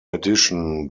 addition